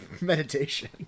meditation